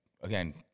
again